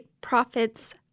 Profits